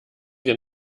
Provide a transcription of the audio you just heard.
wir